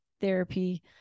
therapy